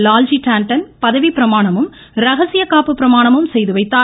லால்ஜி டான்டன் பதவிப்பிரமாணமும் ரகசியக்காப்பு பிரமாணமும் செய்து வைத்தார்